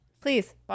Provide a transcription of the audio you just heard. Please